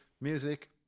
music